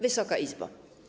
Wysoka Izbo!